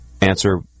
answer